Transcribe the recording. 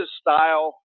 style